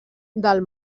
del